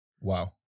Wow